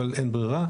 אבל אין ברירה.